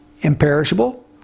Imperishable